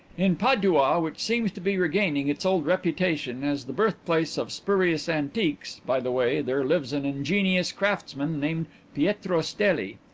in padua, which seems to be regaining its old reputation as the birthplace of spurious antiques, by the way, there lives an ingenious craftsman named pietro stelli.